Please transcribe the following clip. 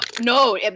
no